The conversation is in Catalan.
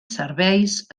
serveis